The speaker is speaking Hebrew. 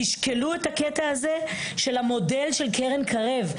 תשקלו את המודל הזה של המודל של קרן קרב.